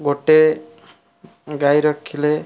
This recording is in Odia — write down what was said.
ଗୋଟେ ଗାଈ ରଖିଲେ